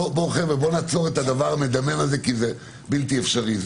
בואו נעצור את הדבר המדמם הזה כי הוא בלתי אפשרי.